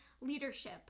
leadership